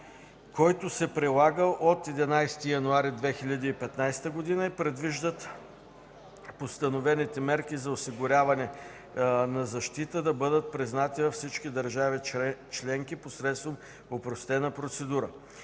който се прилага от 11 януари 2015 г. и предвижда постановените мерки за осигуряване на защита да бъдат признати във всички държави членки посредством опростена процедура.